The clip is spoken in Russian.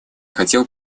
хотел